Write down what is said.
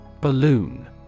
Balloon